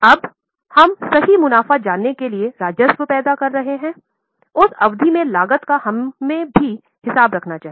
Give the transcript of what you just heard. अब हम सही मुनाफा जानने के लिए राजस्व पैदा कर रहे हैं उस अवधि में लागत का हमें भी हिसाब ऱखना चाहिए